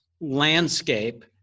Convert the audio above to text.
landscape